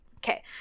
Okay